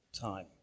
time